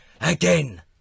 again